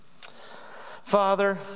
Father